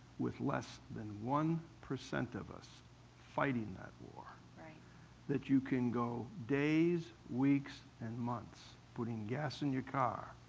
with less than one percent of us fighting that war, that you can go days, weeks, and months putting gas in your car,